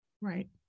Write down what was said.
Right